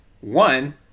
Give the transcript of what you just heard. One